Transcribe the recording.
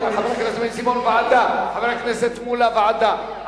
חבר הכנסת בן-סימון, ועדה, חבר הכנסת מולה, ועדה.